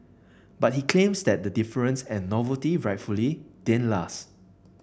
but he claims that the deference and novelty rightfully didn't last